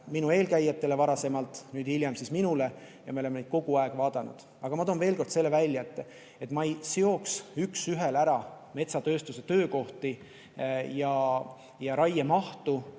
minu eelkäijatele ja nüüd minule, ja me oleme neid kogu aeg vaadanud. Aga ma toon veel kord selle välja, et ma ei seoks üksühele ära metsatööstuse töökohti ja raiemahtu